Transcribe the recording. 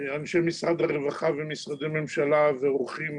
אנשי משרד הרווחה ומשרדי ממשלה ואורחים,